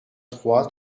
trois